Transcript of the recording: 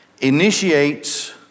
initiates